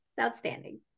outstanding